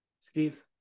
Steve